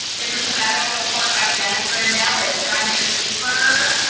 is a sabbatical report by jennifer nellis, and i'm gonna defer,